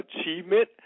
achievement